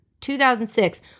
2006